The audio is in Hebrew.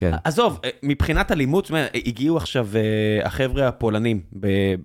עזוב, מבחינת אלימות, הגיעו עכשיו החבר'ה הפולנים.